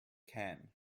can